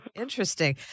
interesting